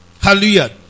Hallelujah